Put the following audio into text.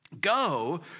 Go